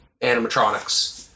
animatronics